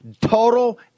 total